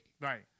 right